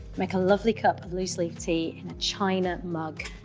make a lovely cup of loose-leaf tea in a china mug.